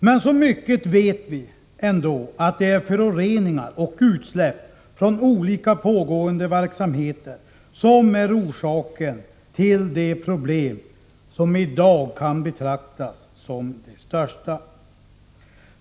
Men så mycket vet vi ändå att det är föroreningar och utsläpp från olika pågående verksamheter som är orsaken till det problem som i dag kan betraktas som vårt största.